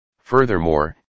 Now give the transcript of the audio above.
Furthermore